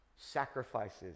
sacrifices